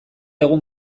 egun